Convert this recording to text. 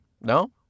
No